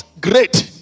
great